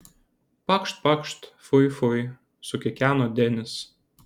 pakšt pakšt fui fui sukikeno denis